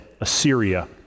Assyria